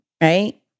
right